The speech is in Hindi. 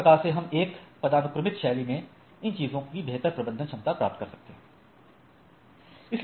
इस प्रकार से हम एक पदानुक्रमित शैली में इन चीजों की बेहतर प्रबंधन क्षमता प्राप्त सकते हैं